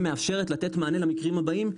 שמאפשרת לתת מענה למקרים הבאים,